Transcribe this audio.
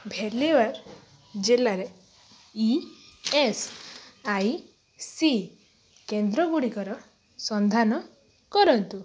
ଭୀଲ୍ୱାରା ଜିଲ୍ଲାରେ E S I C କେନ୍ଦ୍ରଗୁଡ଼ିକର ସନ୍ଧାନ କରନ୍ତୁ